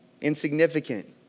Insignificant